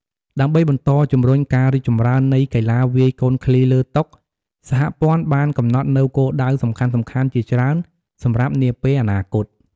ដើម្បីបន្តជំរុញការរីកចម្រើននៃកីឡាវាយកូនឃ្លីលើតុ សហព័ន្ធបានកំណត់នូវគោលដៅសំខាន់ៗជាច្រើនសម្រាប់នាពេលអនាគត។